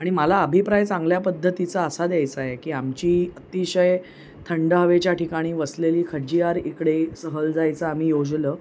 आणि मला अभिप्राय चांगल्या पद्धतीचा असा द्यायचाय की आमची अतिशय थंड हवेच्या ठिकाणी वसलेली खजियार इकडे सहल जायचं आम्ही योजलं